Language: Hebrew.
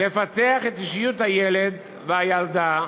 "לפתח את אישיות הילד והילדה,